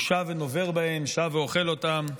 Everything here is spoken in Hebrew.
הוא שב ונובר בהם, שב ואוכל אותם.